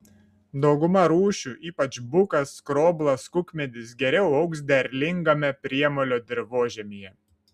dauguma rūšių ypač bukas skroblas kukmedis geriau augs derlingame priemolio dirvožemyje